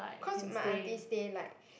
cause my aunty stay like